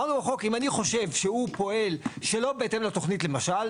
אמרנו לחוק אם אני חושב שהוא פועל שלא בהתאם לתוכנית למשל,